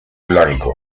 blanco